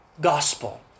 gospel